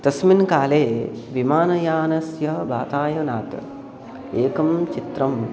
तस्मिन् काले विमानयानस्य वातायनात् एकं चित्रं